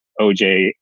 oj